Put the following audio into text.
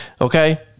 Okay